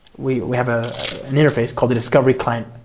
we we have ah an interface called the discovery client.